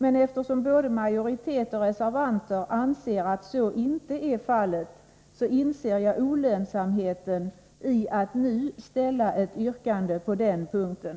Men eftersom både majoritet och reservanter anser att så inte är fallet, inser jag olönsamheten i att nu ställa ett yrkande på den punkten.